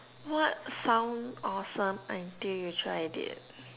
what sound awesome until you tried it